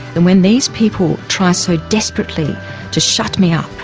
and when these people try so desperately to shut me up,